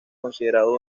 considerado